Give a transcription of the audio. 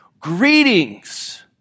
greetings